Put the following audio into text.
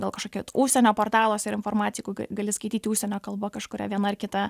gal kažkokie užsienio portaluose yra informaci gali skaityti užsienio kalba kažkuria viena ar kita